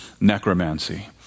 necromancy